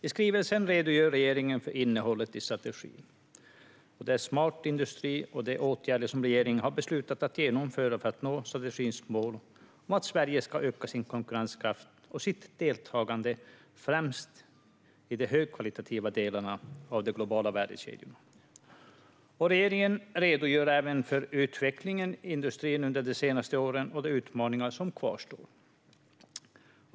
I skrivelsen redogör regeringen för innehållet i strategin Smart industri och de åtgärder som regeringen har beslutat att genomföra för att nå strategins mål om att Sverige ska öka sin konkurrenskraft och sitt deltagande i främst de högkvalificerade delarna av de globala värdekedjorna. Regeringen redogör även för utvecklingen i industrin under de senaste åren och de utmaningar som kvarstår.